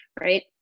right